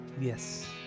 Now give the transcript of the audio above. Yes